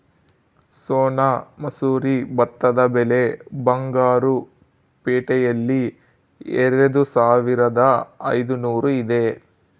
ಸೋನಾ ಮಸೂರಿ ಭತ್ತದ ಬೆಲೆ ಬಂಗಾರು ಪೇಟೆಯಲ್ಲಿ ಎರೆದುಸಾವಿರದ ಐದುನೂರು ಇದೆ